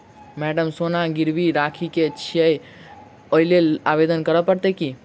Madam सोना गिरबी राखि केँ छैय ओई लेल आवेदन करै परतै की?